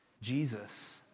Jesus